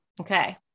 okay